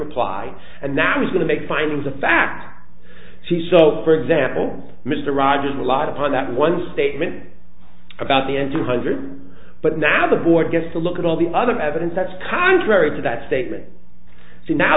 reply and now is going to make findings of fact she so for example mr rogers relied upon that one statement about the n two hundred but now the board gets to look at all the other evidence that's contrary to that statement so now